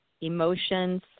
emotions